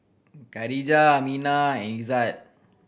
Khadija Aminah Izzat